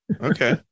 Okay